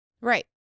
Right